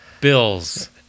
Bills